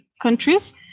countries